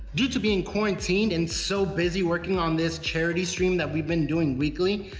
due to being quarantined and so busy working on this charity stream that we've been doing weekly,